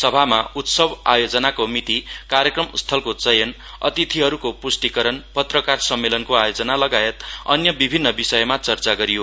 सभामा उत्सव आयोजनाको मिति कार्यक्रम स्थलको चयन अतिथिहरूको पूष्टीकरण पत्रकार सम्मलनको आयोजना लगायत अन्य विभिन्न विषयमा चर्चा गरियो